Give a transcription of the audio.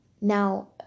Now